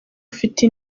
ufite